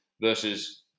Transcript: versus